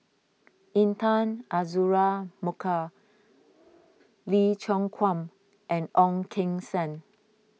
Intan Azura Mokhtar Lee Choon Guan and Ong Keng Sen